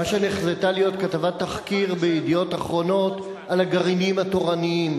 מה שנחזתה להיות כתבת תחקיר ב"ידיעות אחרונות" על הגרעינים התורניים.